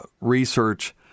research